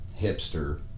hipster